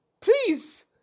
Please